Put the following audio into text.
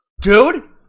Dude